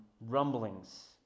rumblings